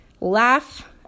Laugh